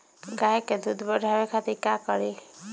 गाय के दूध बढ़ावे खातिर का करी?